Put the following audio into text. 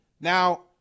now